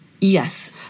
Yes